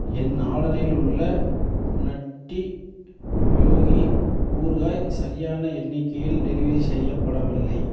என் ஆர்டரில் உள்ள Nutty Yogi ஊறுகாய் சரியான எண்ணிக்கையில் டெலிவரி செய்யப்படவில்லை